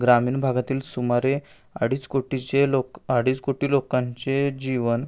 ग्रामीण भागातील सुमारे अडीच कोटीचे लोक अडीच कोटी लोकांचे जीवन